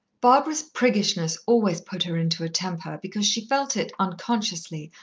barbara's priggishness always put her into a temper, because she felt it, unconsciously,